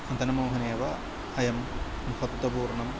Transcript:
मदनमोहनः एव अयं महत्वपूर्णः